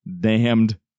damned